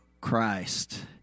Christ